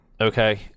okay